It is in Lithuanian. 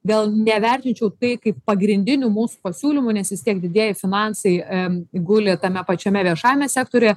vėl nevertinčiau tai kaip pagrindiniu mūsų pasiūlymu nes vis tiek didieji finansai em guli tame pačiame viešajame sektoriuje